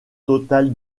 total